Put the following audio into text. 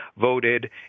voted